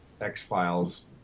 X-Files